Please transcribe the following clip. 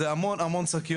כפי שהיא אמרה פה,